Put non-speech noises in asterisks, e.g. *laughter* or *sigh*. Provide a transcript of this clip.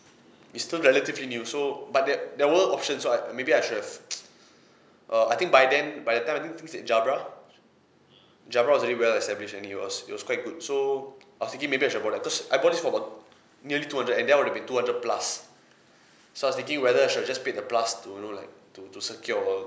it's still relatively new so but there there were options so I maybe I should have *noise* uh I think by then by the time I think it's jabra jabra was already well-established and it was it was quite good so I was thinking maybe I should have bought that cause I bought this for about nearly two hundred and that will have been two hundred plus so I was thinking whether I should have just paid the plus to you know like to to secure